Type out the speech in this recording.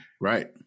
Right